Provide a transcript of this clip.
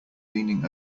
leaning